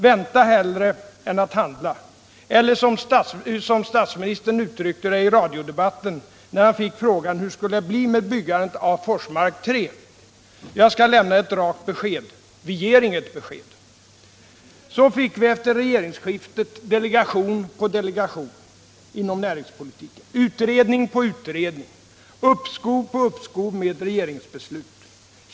Vänta hellre än att handla! Eller som statsministern uttryckte det i radiodebatten när han fick frågan hur det blir med byggandet av Forsmark 3: Jag skall lämna ett rakt besked: vi ger inget besked. Så fick vi efter regeringsskiftet delegation på delegation inom näringspolitiken, utredning på utredning, uppskov på uppskov med regeringsbeslut.